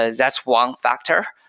ah that's one factor.